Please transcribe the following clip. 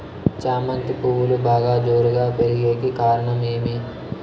చామంతి పువ్వులు బాగా జోరుగా పెరిగేకి కారణం ఏమి?